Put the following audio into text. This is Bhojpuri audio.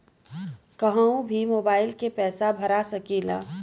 कन्हू भी मोबाइल के पैसा भरा सकीला?